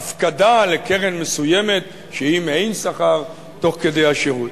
בהפקדה לקרן מסוימת שהיא מעין שכר תוך כדי השירות.